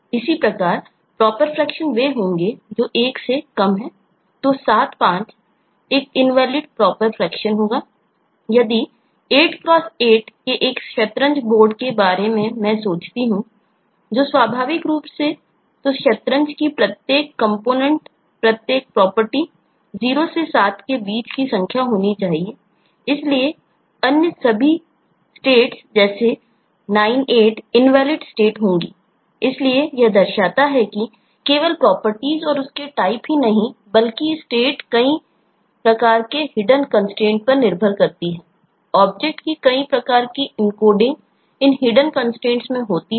इसी प्रकार proper fraction क्या हो सकती है